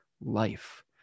life